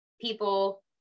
people